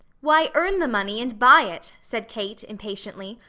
why, earn the money, and buy it! said kate, impatiently.